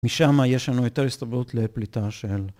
משם יש לנו יותר הסתברות לפליטה של...